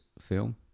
film